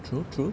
true true